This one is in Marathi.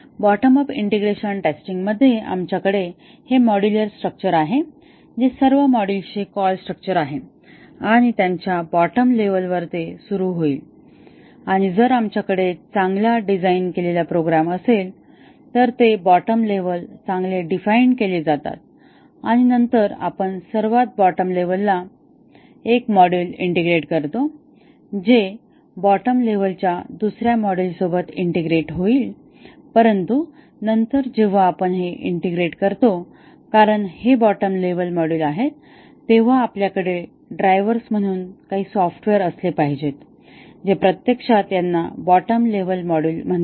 बॉटम उप ईंटेग्रेशन टेस्टिंगमध्ये आमच्याकडे हे मॉड्यूल स्ट्रक्चर आहे जे सर्व मॉड्यूल्सची कॉल स्ट्रक्चर आहे आणि त्यांच्या बॉटम लेव्हल वर ते सुरू होईल आणि जर आमच्याकडे एक चांगला डिझाइन केलेला प्रोग्राम असेल तर बॉटम लेव्हल चांगले डिफाइन्ड केले जातात आणि नंतर आपण सर्वात बॉटम लेव्हलला एक मॉड्यूल ईंटेग्रेट करतो जे बॉटम लेव्हलच्या दुसऱ्या मॉड्यूल सोबत ईंटेग्रेट होईल परंतु नंतर जेव्हा आपण हे ईंटेग्रेट करतो कारण हे बॉटम लेव्हल मॉड्यूल आहेत तेव्हा आपल्याकडे ड्रायव्हर्स म्हणून काही सॉफ्टवेअर असले पाहिजेत जे प्रत्यक्षात यांना बॉटम लेव्हल मॉड्यूल म्हणतील